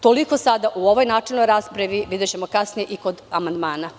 Toliko sada u ovoj načelnoj raspravi, a videćemo kasnije kod amandmana.